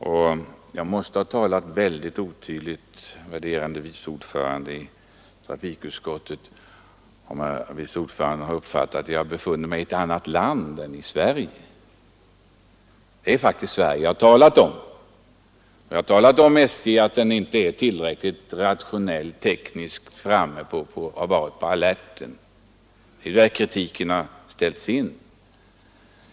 Jag måtte tydligen ha talat mycket otydligt, eftersom den värderade vice ordföranden i trafikutskottet uppfattade det så, att jag skulle ha talat om ett annat land än Sverige. Det är faktiskt Sverige jag har talat om. Min kritik har gällt att verksamheten vid SJ inte är tillräckligt rationell och tekniskt väl framme och att man inte har varit på alerten.